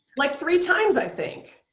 like three times i think.